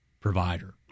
provider